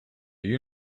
you